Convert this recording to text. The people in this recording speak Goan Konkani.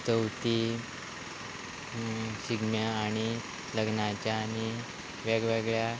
चवथी शिगम्या आनी लग्नाच्या आनी वेगवेगळ्या